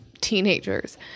teenagers